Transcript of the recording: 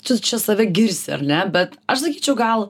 tu čia save girsi ar ne bet aš sakyčiau gal